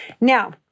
Now